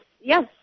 yes